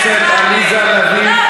חברת הכנסת עליזה לביא,